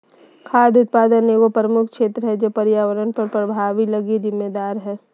खाद्य उत्पादन एगो प्रमुख क्षेत्र है जे पर्यावरण पर प्रभाव लगी जिम्मेदार हइ